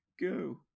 go